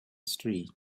street